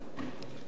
רבותי,